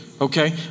Okay